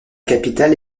capitale